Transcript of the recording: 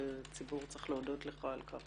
והציבור צריך להודות לך על כך